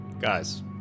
guys